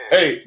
Hey